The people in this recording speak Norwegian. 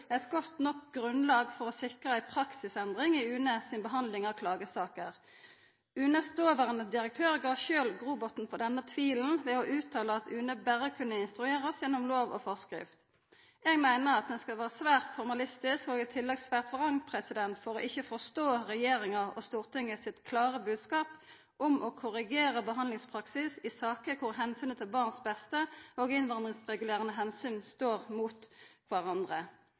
eit godt nok grunnlag for å sikra ei praksisendring i UNE si behandling av klagesaker. UNEs dåverande direktør gav sjølv grobotn for denne tvilen ved å uttala at UNE berre kunne instruerast gjennom lov og forskrift. Eg meiner at ein skal vera svært formalistisk og i tillegg svært vrang for ikkje å forstå regjeringas og Stortinget sitt klare bodskap om å korrigera behandlingspraksis i saker der omsynet til barns beste og innvandringsregulerande omsyn står mot kvarandre.